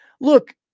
Look